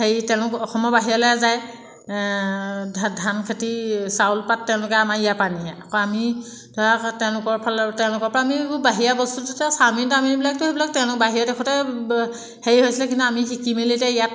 হেৰি তেওঁলোক অসময় বাহিৰলৈ যায় ধানখেতি চাউল পাত তেওঁলোকে আমাৰ ইয়াৰপৰা নিয়ে আকৌ আমি ধৰা আকৌ তেওঁলোকৰফালৰ তেওঁলোকৰপৰা আমি এইবো বাহিৰা বস্তুটো এতিয়া চাওমিন তাওমিন এইবিলাকতো সেইবিলাক তেওঁ বাহিৰৰ দেশতে হেৰি হৈছিলে কিন্তু আমি শিকি মেলি এতিয়া ইয়াত